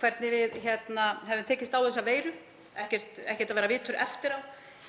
hvernig við höfum tekist á við þessa veiru. Það er ekkert að vera vitur eftir á.